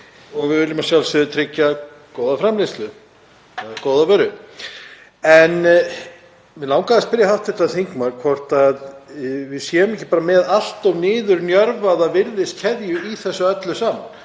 og við viljum að sjálfsögðu tryggja góða framleiðslu eða góða vöru. Mig langaði að spyrja hv. þingmann hvort við séum ekki bara með allt of niðurnjörvaða virðiskeðju í þessu öllu saman,